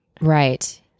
Right